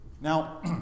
Now